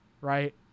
right